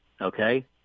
Okay